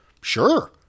Sure